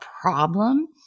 problem